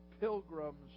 Pilgrim's